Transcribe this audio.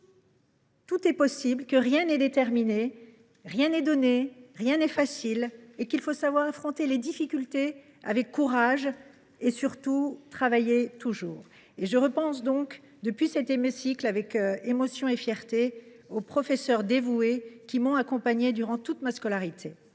tout est possible, rien n’est déterminé, rien n’est donné, rien n’est facile ; il faut savoir affronter les difficultés avec courage et, surtout, travailler toujours. Je repense depuis cet hémicycle avec émotion et fierté aux professeurs dévoués qui m’ont accompagnée durant toute ma scolarité.